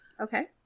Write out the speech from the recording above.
Okay